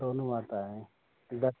दोनों आता है दे